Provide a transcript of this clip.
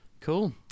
Cool